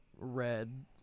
Red